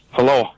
Hello